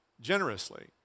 Generously